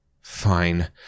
Fine